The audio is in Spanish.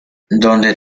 donde